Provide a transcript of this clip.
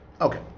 okay